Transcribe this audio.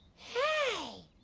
hey,